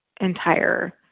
entire